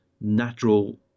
natural